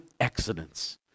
accidents